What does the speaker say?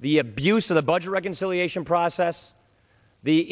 the abuse of the budget reconciliation process the